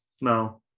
no